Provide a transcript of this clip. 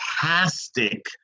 fantastic